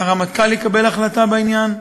הרמטכ"ל יקבל החלטה בעניין,